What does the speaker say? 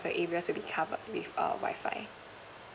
the areas will be covered with a wifi